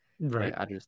Right